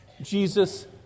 Jesus